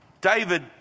David